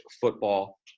football